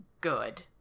good